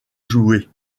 jouer